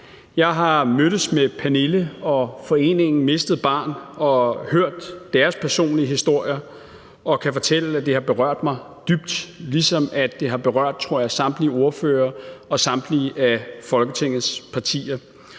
Jeg har mødtes med Pernille og Landsforeningen Mistet Barn og hørt deres personlige historier, og jeg kan fortælle, at det har berørt mig dybt, ligesom det har berørt, tror jeg, samtlige ordførere og samtlige Folketingets partier.